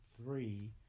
three